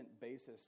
basis